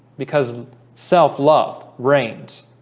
because self love reigns